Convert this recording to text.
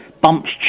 bumps